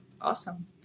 Awesome